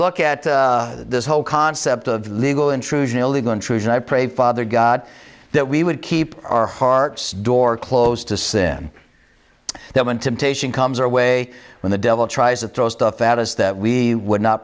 look at this whole concept of legal intrusion illegal intrusion i pray father god that we would keep our hearts door closed to sin that went to patient comes our way when the devil tries to throw stuff at us that we would not